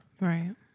Right